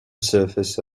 surface